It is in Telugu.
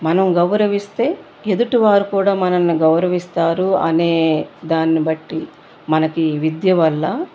మనం గౌరవిస్తే ఎదుటివారు కూడా మనల్ని గౌరవిస్తారు అనే దాన్ని బట్టి మనకు విద్య వల్ల